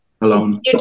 alone